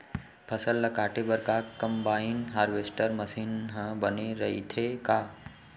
फसल ल काटे बर का कंबाइन हारवेस्टर मशीन ह बने रइथे का?